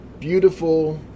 beautiful